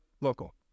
local